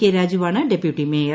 K രാജുവാണ് deputy mayor